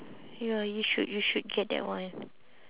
ya you should you should get that one